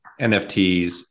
NFTs